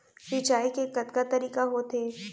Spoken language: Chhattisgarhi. सिंचाई के कतका तरीक़ा होथे?